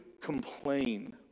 complain